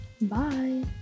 Bye